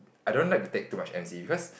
I don't like to take too much m_c